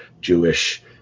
Jewish